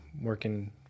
working